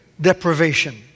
deprivation